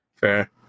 Fair